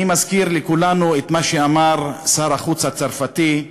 אני מזכיר לכולנו את מה שאמר שר החוץ הצרפתי,